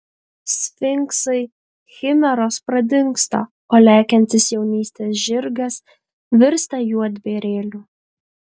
sfinksai chimeros pradingsta o lekiantis jaunystės žirgas virsta juodbėrėliu